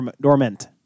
dormant